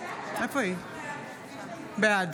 בעד